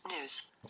news